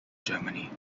germany